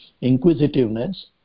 inquisitiveness